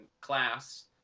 class